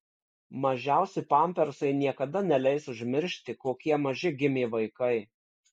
mažiausi pampersai niekada neleis užmiršti kokie maži gimė vaikai